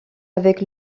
avec